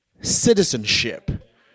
citizenship